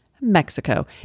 Mexico